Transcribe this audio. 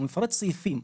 הוא מפרט סעיפים.